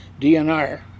DNR